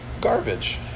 garbage